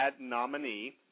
nominee